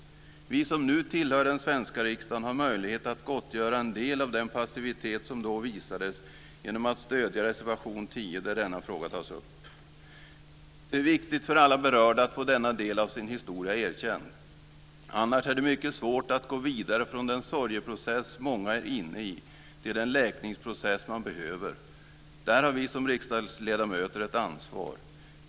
Vi som nu tillhör den svenska riksdagen har möjlighet att gottgöra en del av den passivitet som då visades genom att stödja reservation 10 där denna fråga tas upp. Det är viktigt för alla berörda att få denna del av sin historia erkänd. Annars är det mycket svårt att gå vidare från den sorgeprocess många är inne i till den läkningsprocess de behöver. Där har vi som riksdagsledamöter ett ansvar.